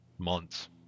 Months